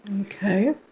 Okay